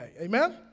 Amen